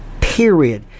Period